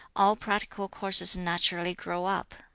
all practical courses naturally grow up.